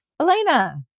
Elena